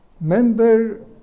member